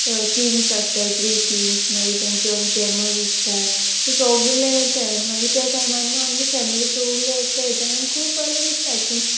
Kings आसताय three kings मागी तेंच बारा कॅमल्स आसताय सोगले येताय आनी मागी ते टायमार न्हू आमगे फेमिली सोगली एकठांय येताय आनी आमक खूब बोरें दिसता अेश कोन्न